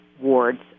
ward's